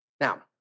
Now